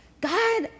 God